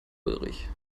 ulrich